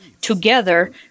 together